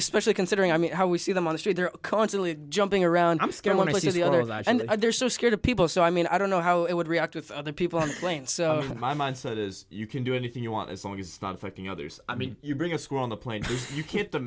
it specially considering i mean how we see them on the street they're constantly jumping around i'm scared want to see others and they're so scared of people so i mean i don't know how it would react with other people on planes so my mindset is you can do anything you want as long as it's not affecting others i mean you bring a school on the plane